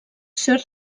ser